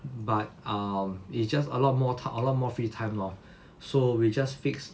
but um it's just a lot more time a lot more free time lor so we just fix